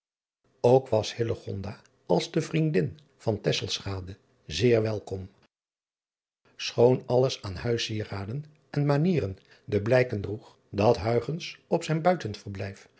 ok was als de vriendin van zeer welkom choon alles aan huissieraden en manieren de blijken droeg dat op zijn